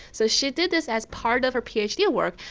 so she did this as part of her phd yeah work,